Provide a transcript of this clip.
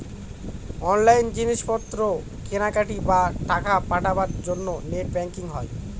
online জিনিস পত্র কেনাকাটি, বা টাকা পাঠাবার জন্য নেট ব্যাঙ্কিং হয়